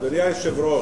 אדוני היושב-ראש,